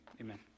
Amen